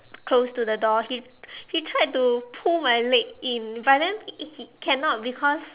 close to the door he he tried to pull my leg in but then he cannot because